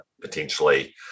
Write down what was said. potentially